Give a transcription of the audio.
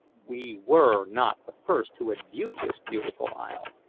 we were not the first who had viewed this beautiful isle.